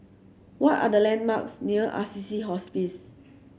what are the landmarks near Assisi Hospice